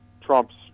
Trump's